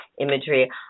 imagery